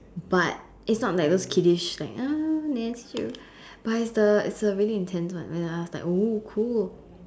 but it's not like those kiddish like uh Nancy-Drew but it's the it's the really intense one when I was like !oo! cool